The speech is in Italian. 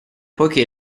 poiché